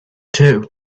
too